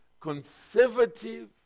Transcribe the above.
conservative